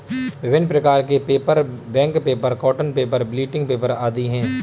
विभिन्न प्रकार के paper, bank paper, cotton paper, blotting paper आदि हैं